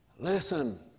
Listen